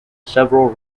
several